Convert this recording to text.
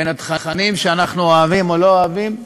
בין התכנים, שאנחנו אוהבים או לא אוהבים,